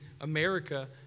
America